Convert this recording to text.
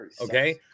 okay